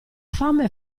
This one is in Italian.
fame